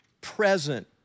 present